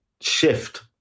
shift